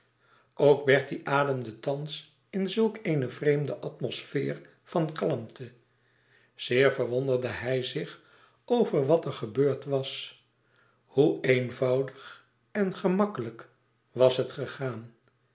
ook bertie ademde thans in zulk eene vreemde atmosfeer van kalmte zeer verwonderde hij zich over wat er gebeurd was hoe eenvoudig en gemakkelijk was het gegaan